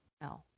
No